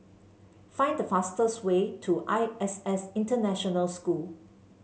find the fastest way to I S S International School